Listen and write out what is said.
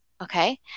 Okay